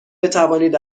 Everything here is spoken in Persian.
بتوانید